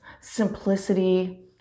simplicity